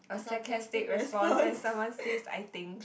a sarcastic response when someone says I thinks